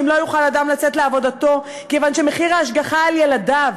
שאם לא יוכל אדם לצאת לעבודתו כיוון שמחיר ההשגחה על ילדיו